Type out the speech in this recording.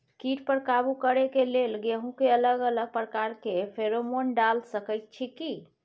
कीट पर काबू करे के लेल गेहूं के अलग अलग प्रकार के फेरोमोन डाल सकेत छी की?